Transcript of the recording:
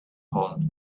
horn